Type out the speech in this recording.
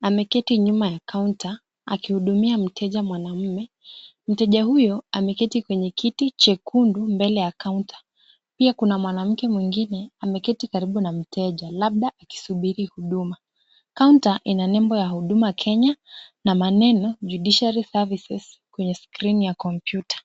ameketi nyuma ya kaunta, akihudumia mteja mwanamume. Mteja huyo ameketi kwenye kiti chekundu, mbele ya kaunta. Pia kuna mwanamke mwingine ameketi karibu na mteja, labda akisubiri huduma. Kaunta ina nembo ya Huduma Kenya na maneno Judiciary Services kwenye skrini ya kompyuta.